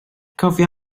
cofia